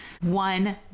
One